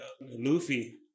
Luffy